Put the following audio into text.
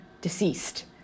Deceased